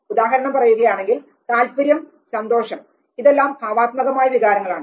ഉദാഹരണം പറയുകയാണെങ്കിൽ താല്പര്യം സന്തോഷം ഇതെല്ലാം ഭാവാത്മകമായ വികാരങ്ങളാണ്